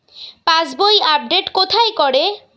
পাসবই update কোথায় করে?